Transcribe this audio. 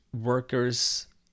workers